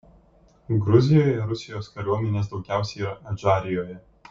gruzijoje rusijos kariuomenės daugiausiai yra adžarijoje